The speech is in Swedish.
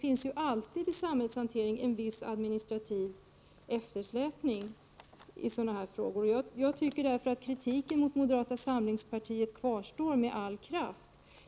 I all samhällshantering finns det en viss administrativ eftersläpning i sådana här frågor. Jag tycker därför att kritiken mot moderata samlingspartiet kvarstår med all kraft.